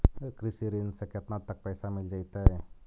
कृषि ऋण से केतना तक पैसा मिल जइतै?